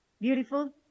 beautiful